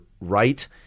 right